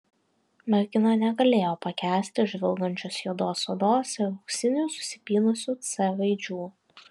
mergina negalėjo pakęsti žvilgančios juodos odos ir auksinių susipynusių c raidžių